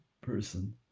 person